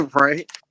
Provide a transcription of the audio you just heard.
right